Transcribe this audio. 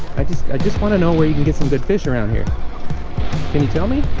i just i just want to know where you can get some good fish around here can you tell me?